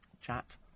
Chat